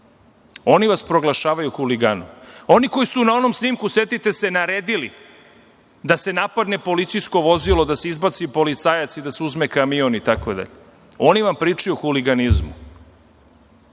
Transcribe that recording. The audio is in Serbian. Oni vas proglašavaju huliganom. Oni koji su na onom snimku, setite se, naredili da se napadne policijsko vozilo, da se izbaci policajac i da se uzme kamion itd. Oni vam pričaju o huliganizmu,